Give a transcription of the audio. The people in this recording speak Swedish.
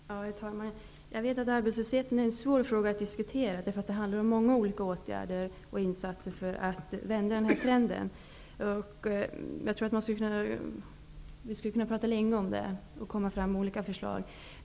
Herr talman! Jag vet att arbetslösheten är en svår fråga att diskutera. Det handlar om många olika åtgärder och insatser för att kunna vända trenden. Vi skulle kunna diskutera arbetslösheten länge och komma fram till olika förslag.